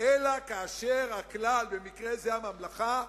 אלא כאשר הכלל, במקרה זה הממלכה,